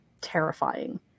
terrifying